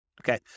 Okay